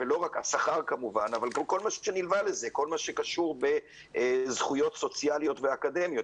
השכר וכל מה שנלווה לזה וקשור בזכויות סוציאליות ואקדמיות,